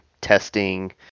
testing